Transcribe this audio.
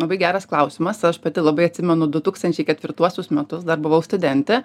labai geras klausimas aš pati labai atsimenu du tūkstančiai ketvirtuosius metus dar buvau studentė